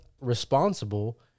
responsible